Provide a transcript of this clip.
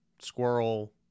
Squirrel